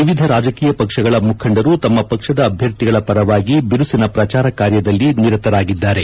ವಿವಿಧ ರಾಜಕೀಯ ಪಕ್ಷಗಳ ಮುಖಂಡರು ತಮ್ಮ ಪಕ್ಷದ ಅಭ್ಯರ್ಥಿಗಳ ಪರವಾಗಿ ಬಿರುಸಿನ ಪ್ರಚಾರ ಕಾರ್ಯದಲ್ಲಿ ನಿರತರಾಗಿದ್ದಾರೆ